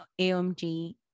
AMG